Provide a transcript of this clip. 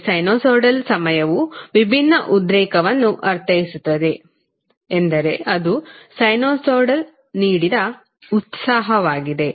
ಈ ಸೈನುಸೈಡಲ್ ಸಮಯವು ವಿಭಿನ್ನ ಉದ್ರೇಕವನ್ನು ಅರ್ಥೈಸುತ್ತದೆ ಎಂದರೆ ಅದು ಸೈನುಸಾಯ್ಡ್ ನೀಡಿದ ಉತ್ಸಾಹವವಾಗಿದೆ